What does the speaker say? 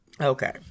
Okay